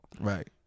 right